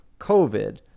COVID